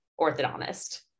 orthodontist